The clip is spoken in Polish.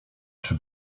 czy